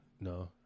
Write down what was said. No